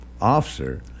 officer